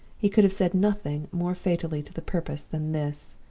he could have said nothing more fatally to the purpose than this!